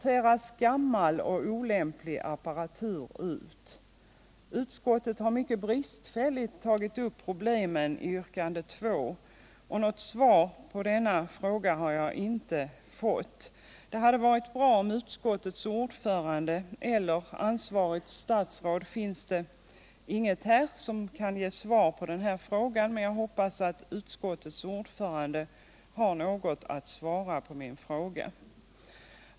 Utskottet har mycket bristfälligt tagit upp problemen i yrkande 2, och något svar på dessa frågor har jag inte fått. Det vore bra om utskottets ordförande — det ansvariga statsrådet är inte här — kunde svara på denna fråga.